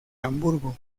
hamburgo